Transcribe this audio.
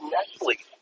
Nestle